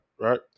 right